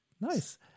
Nice